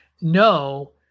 no